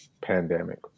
pandemic